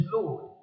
Lord